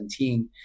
2017